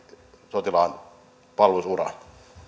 sotilaan palvelus uraan